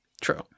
True